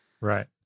Right